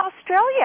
Australia